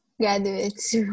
graduates